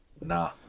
nah